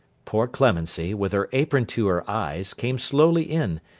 poor clemency, with her apron to her eyes, came slowly in,